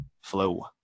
flow